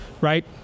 right